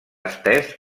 estès